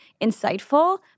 insightful—